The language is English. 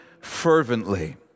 fervently